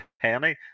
penny